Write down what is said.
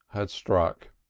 had struck.